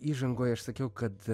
įžangoj aš sakiau kad